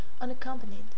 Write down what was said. unaccompanied